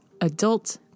adult